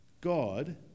God